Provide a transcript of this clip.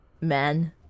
man